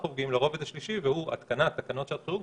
אנחנו עוברים לרובד השלישי שהוא התקנת תקנות שעת חירום,